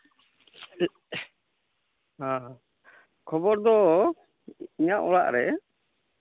ᱚ ᱠᱷᱚᱵᱚᱨ ᱫᱚ ᱤᱧᱟᱹᱜ ᱚᱲᱟᱜ ᱨᱮ